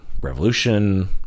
revolution